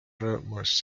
rõõmus